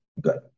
good